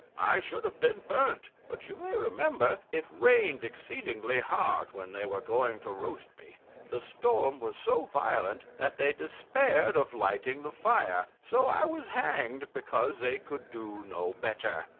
i should have been burnt, but you may remember it rained exceedingly hard when they were going to roast me the storm was so violent that they despaired of lighting the fire, so i was hanged because they could do no better.